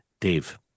Dave